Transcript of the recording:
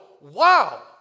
wow